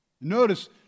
Notice